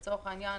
כלומר,